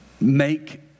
make